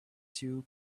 two